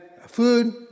food